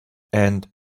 and